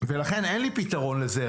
לכן אין לי פתרון לזה,